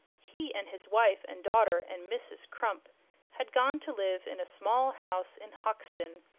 he and his wife and daughter and mrs. crump had gone to live in a small house in hoxton,